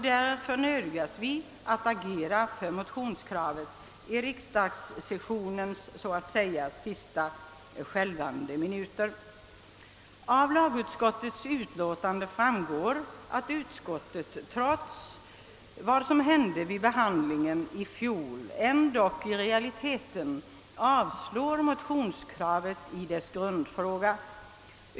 Därför nödgas vi agera för motionskravet i riksdagssessionens »sista skälvande minuter». Av första lagutskottets utlåtande framgår att utskottet, trots vad som hände vid behandlingen i fjol, i realiteten avstyrker motionerna i deras grundläggande krav.